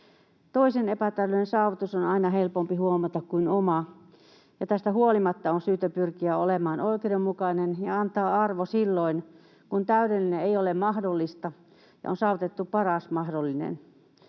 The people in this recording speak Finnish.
Toisen epätäydellinen saavutus on aina helpompi huomata kuin oma, ja tästä huolimatta on syytä pyrkiä olemaan oikeudenmukainen ja antaa arvo silloin, kun täydellinen ei ole mahdollista ja on saavutettu paras mahdollinen.